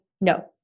no